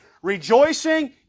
Rejoicing